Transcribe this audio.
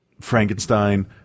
Frankenstein